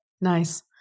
Nice